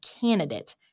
candidate